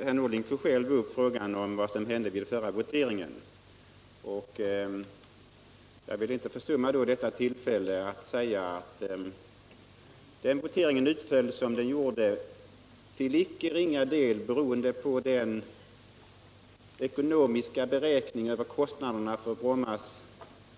Herr talman! Herr Norling tog själv upp vad som hände vid förra voteringen. Jag vill inte försumma detta tillfälle att framhålla att den voteringen utföll som den gjorde till inte ringa del beroende på de beräkningar av kostnaderna för Brommas